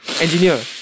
Engineer